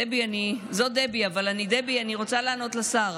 דבי, זו דבי, אני רוצה לענות לשר.